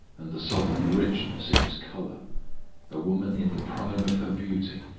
and the southern richness in its color a woman in the prime of her beauty,